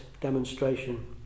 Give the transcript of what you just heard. demonstration